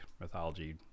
mythology